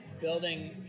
building